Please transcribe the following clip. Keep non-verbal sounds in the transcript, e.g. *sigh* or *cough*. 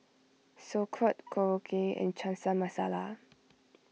Sauerkraut Korokke and *unintelligible* Masala